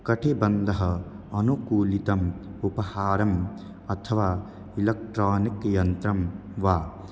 कठिबन्धः अनुकूलितम् उपहारम् अथवा इलक्ट्रानिक् यन्त्रं वा